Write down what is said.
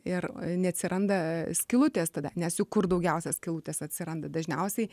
ir neatsiranda skylutės tada nes juk kur daugiausia skylutės atsiranda dažniausiai